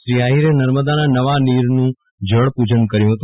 શ્રી આહિરે નર્મદાના નવા નીરનું જળ પુજન કર્યુ હતું